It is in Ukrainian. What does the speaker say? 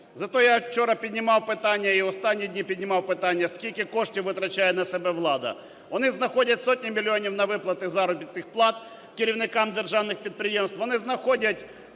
Зате я вчора піднімав питання і в останні дні піднімав питання, скільки коштів витрачає на себе влада. Вони знаходять сотні мільйонів на виплати заробітних плат керівникам державних підприємств,